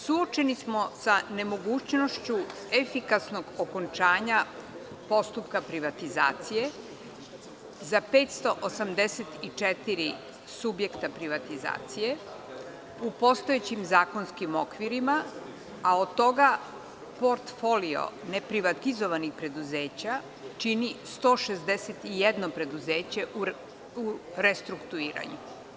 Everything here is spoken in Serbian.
Suočeni smo sa nemogućnošću efikasnog okončanja postupka privatizacije za 584 subjekta privatizacije u postojećim zakonskim okvirima, a od toga portfolio neprivatizovanih preduzeća čini 161 preduzeće u restruktuiranju.